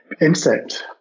Insect